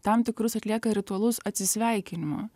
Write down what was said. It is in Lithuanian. tam tikrus atlieka ritualus atsisveikinimo